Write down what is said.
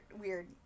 weird